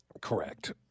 Correct